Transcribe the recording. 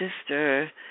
sister